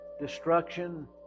destruction